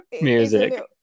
music